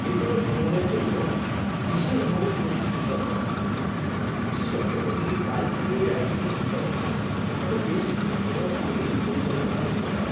যে কোনো ভ্রমণের জন্য বিশেষভাবে প্রস্তুতির দরকার হয় বিশেষত যদি বাইক নিয়ে রাইডিংয়ের বিষয় হয় তবে বেশ কিছু সময় পূর্বেই পরিকল্পনা করতে হয়